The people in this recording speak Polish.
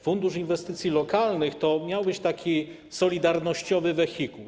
Fundusz inwestycji lokalnych to miał być taki solidarnościowy wehikuł.